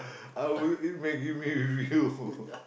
I will eat maggi-mee with you